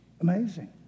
Amazing